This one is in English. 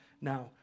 now